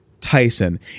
tyson